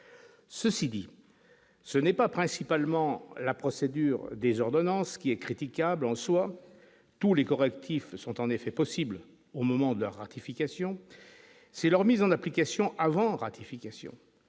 ceci dit ce n'est pas principalement la procédure des ordonnances qui est critiquable en soi tous les correctifs sont en effet possibles au moment de la ratification, c'est leur mise en application avant ratification